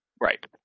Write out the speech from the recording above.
Right